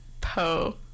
Po